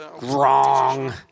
Wrong